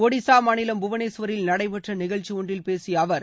ஒடிசா மாநிலம் புவனேஸ்வரில் நடைபெற்ற நிகழ்ச்சி ஒன்றில் பேசிய அவர்